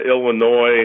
Illinois